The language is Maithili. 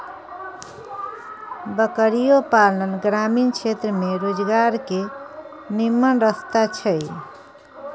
बकरियो पालन ग्रामीण क्षेत्र में रोजगार के निम्मन रस्ता छइ